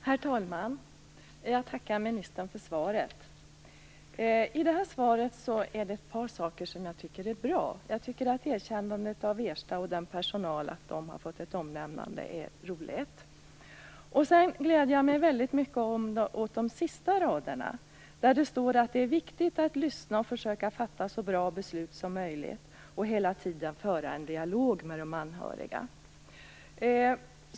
Herr talman! Jag tackar ministern för svaret. I detta svar är det ett par saker som jag tycker är bra. Jag tycker att det är roligt med erkännandet och omnämnandet av Erstas personal. Jag gläder mig väldigt mycket åt de sista raderna i svaret: "Det är viktigt att lyssna och försöka fatta så bra beslut som möjligt - och att hela tiden föra en dialog med de anhöriga."